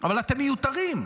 אבל אתם מיותרים.